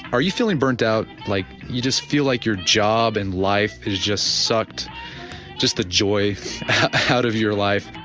are you feeling burned out? like, you just feel like your job and life is just sucked just the joy out of your life?